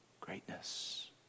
greatness